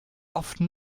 often